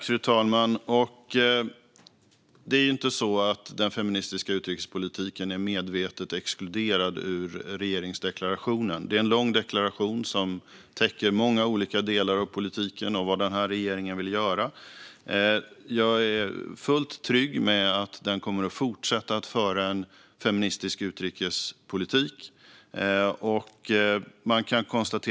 Fru talman! Det är ju inte så att den feministiska utrikespolitiken är avsiktligt exkluderad ur regeringsdeklarationen. Det är en lång deklaration som täcker många olika delar av politiken och vad regeringen vill göra. Jag är fullt trygg med att regeringen kommer att fortsätta att föra en feministisk utrikespolitik.